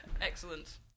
Excellent